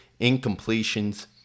incompletions